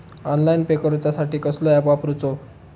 Online pay करूचा साठी कसलो ऍप वापरूचो?